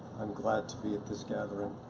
i'm glad to be at this gathering.